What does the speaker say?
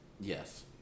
yes